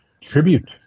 Tribute